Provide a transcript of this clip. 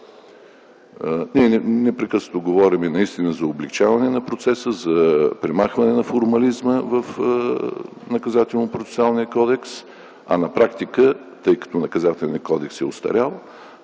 Непрекъснато говорим за облекчаване на процеса, за премахване на формализма в Наказателно-процесуалния кодекс, а на практика, тъй като Наказателният кодекс е остарял,